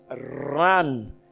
run